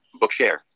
Bookshare